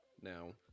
Now